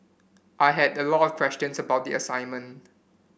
I had a lot of questions about the assignment